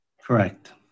Correct